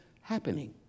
happening